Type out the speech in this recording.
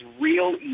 real